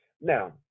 Now